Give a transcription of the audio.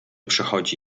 przechodzi